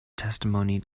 testimony